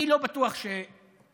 אני לא בטוח שהחוק